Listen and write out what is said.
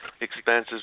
expenses